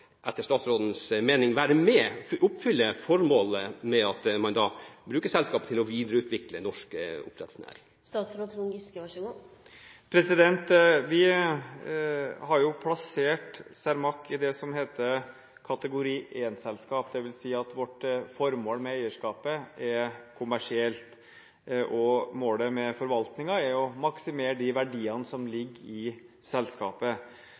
etter statsrådens mening være med på å oppfylle formålet med at man bruker selskapet til å videreutvikle norsk oppdrettsnæring? Vi har plassert Cermaq i det som heter kategori 1-selskap, det vil si at vårt formål med eierskapet er kommersielt, og målet med forvaltningen er å maksimere de verdiene som ligger i selskapet.